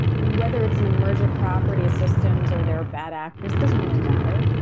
whether it's an emergent property systems or there are bad actors doesn't really matter.